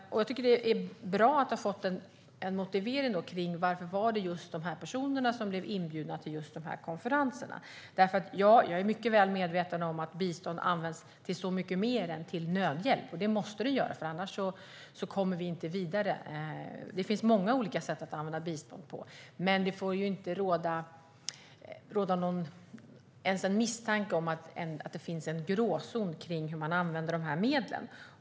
Det är bra att vi har fått en motivering till att det var just dessa personer som blev inbjudna till konferenserna. Jag är mycket väl medveten om att bistånd används till så mycket mer än till nödhjälp. Det måste det göra, för annars kommer vi inte vidare. Det finns många olika sätt att använda bistånd på, men det får inte råda ens en misstanke om att det finns en gråzon när det gäller hur man använder biståndsmedlen.